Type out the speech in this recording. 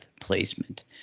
placement